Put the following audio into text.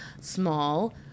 small